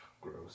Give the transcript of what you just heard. Gross